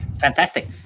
Fantastic